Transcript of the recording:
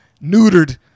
neutered